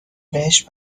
بهش